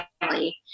family